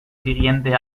siguiente